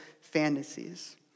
fantasies